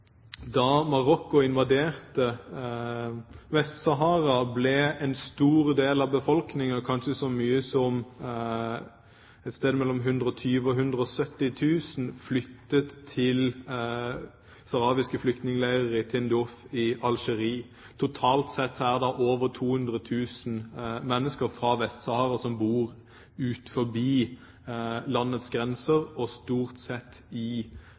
da Marokko invaderte Vest-Sahara, ble en stor del av befolkningen, kanskje så mye som et sted mellom 120 000 og 170 000, flyttet til sahrawiske flyktningleirer i Tindouf i Algerie. Totalt sett er det da over 200 000 mennesker fra Vest-Sahara som bor utenfor landets grenser, og stort sett i